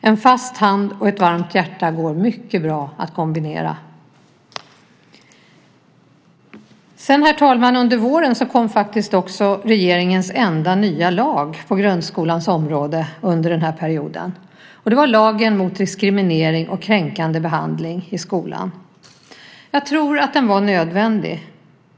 En fast hand och ett varmt hjärta går mycket bra att kombinera. Herr talman! Under våren kom regeringens enda nya lag på grundskolans område under den här perioden. Det var lagen mot diskriminering och kränkande behandling i skolan. Jag tror att den var nödvändig,